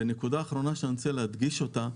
ונקודה אחרונה שאני רוצה להדגיש אותה,